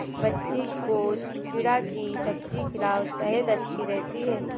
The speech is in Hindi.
बच्ची को चिचिण्डा की सब्जी खिलाओ, सेहद अच्छी रहती है